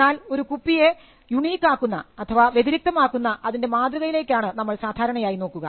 എന്നാൽ ഒരു കുപ്പിയെ യുണീ ക്കാക്കുന്ന അഥവാ വ്യതിരിക്തമാക്കുന്ന അതിൻറെ മാതൃകയിലേക്കാണ് നമ്മൾ സാധാരണയായി നോക്കുക